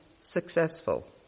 successful